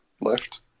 left